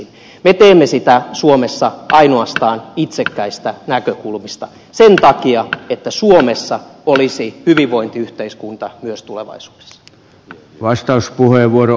me teemme sitä suomessa ainoastaan itsekkäistä näkökulmista sen takia että suomessa olisi hyvinvointiyhteiskunta myös tulevaisuudessa